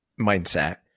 mindset